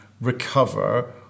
recover